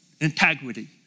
Integrity